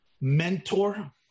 mentor